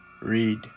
Read